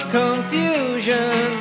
confusion